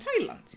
Thailand